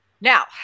Now